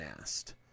asked